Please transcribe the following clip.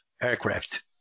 aircraft